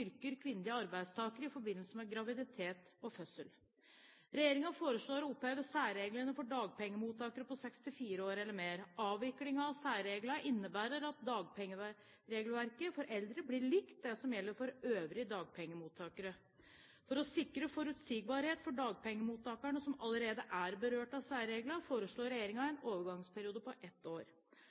styrker kvinnelige arbeidstakere i forbindelse med graviditet og fødsel. Regjeringen foreslår å oppheve særreglene for dagpengemottakere på 64 år eller mer. Avvikling av særreglene innebærer at dagpengeregelverket for eldre blir likt det som gjelder for øvrige dagpengemottakere. For å sikre forutsigbarhet for dagpengemottakere som allerede er berørt av særreglene, foreslår regjeringen en overgangsperiode på ett år.